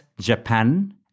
Japan